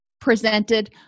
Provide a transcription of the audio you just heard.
presented